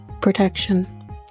protection